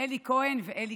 אלי כהן ואליקו.